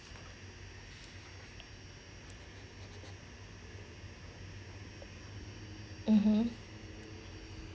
(uh huh)